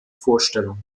vorstellung